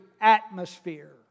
atmosphere